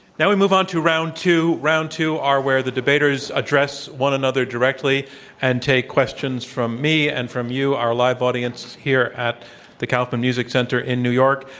now we move on to round two. round two are where the debaters address one another directly and take questions from me and from you, our live audience here at the kaufman music center in new york.